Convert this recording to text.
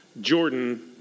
Jordan